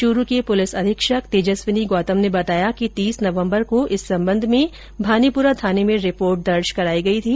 चूरू की पुलिस अधीक्षक तेजस्विनी गौतम ने बताया कि तीस नवम्बर को इस संबंध में भानीपुरा थाने में रिपोर्ट दर्ज कराई गई थी